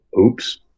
Oops